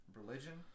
religion